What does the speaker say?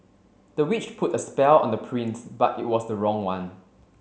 the witch put a spell on the prince but it was the wrong one